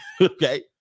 Okay